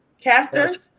Caster